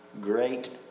Great